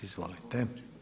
Izvolite.